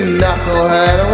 knucklehead